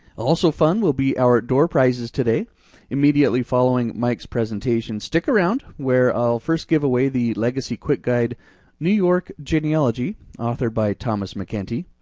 also fun will be our door prizes today immediately following mike's presentation. stick around where i'll first give away the legacy quick guide new york genealogy authored by thomas macentee.